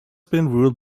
ruled